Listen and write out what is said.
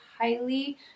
highly